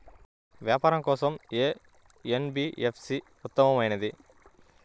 వ్యాపారం కోసం ఏ ఎన్.బీ.ఎఫ్.సి ఉత్తమమైనది?